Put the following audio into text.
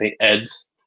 Ed's